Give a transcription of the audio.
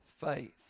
faith